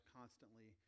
constantly